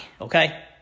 okay